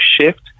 shift